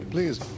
Please